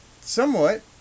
Somewhat